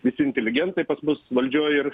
visi inteligentai pas mus valdžioj ir